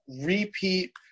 repeat